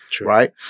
right